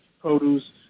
produce